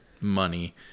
money